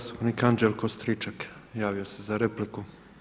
Zastupnik Anđelko Stričak javio se za repliku.